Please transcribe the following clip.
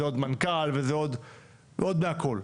עוד מנכ"ל ועוד מהכל.